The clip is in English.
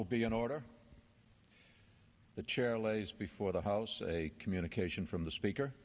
will be in order the chair lays before the house a communication from the speaker